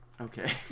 Okay